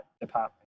department